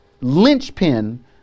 linchpin